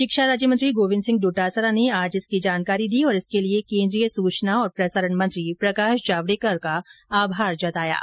शिक्षा राज्यमंत्री गोविन्द सिंह डोटासरा ने आज इसकी जानकारी दी और इसके लिए केन्द्रीय सुचना और प्रसारण मंत्री प्रकाश जावडेकर का आभार जताया है